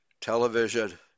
television